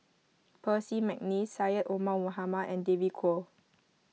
Percy McNeice Syed Omar Mohamed and David Kwo